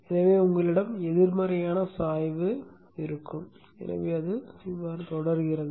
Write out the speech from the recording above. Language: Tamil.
எனவே உங்களிடம் எதிர்மறையான சாய்வு உள்ளது எனவே அது தொடர்கிறது